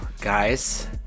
guys